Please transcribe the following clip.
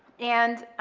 and,